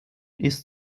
ist